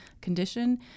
condition